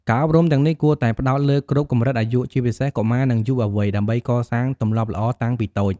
ការអប់រំទាំងនេះគួរតែផ្តោតលើគ្រប់កម្រិតអាយុ ជាពិសេសកុមារនិងយុវវ័យ ដើម្បីកសាងទម្លាប់ល្អតាំងពីតូច។